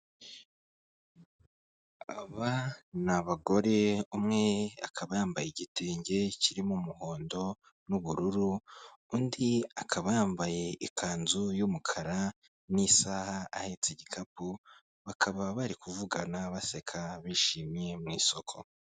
Aba ni abagore umwe akaba yambaye igitenge kirimo umuhondo n'ubururu, undi akaba yambaye ikanzu y'umukara n'isaha, ahetse igikapu bakaba bari kuvugana baseka bishimye mu isoko.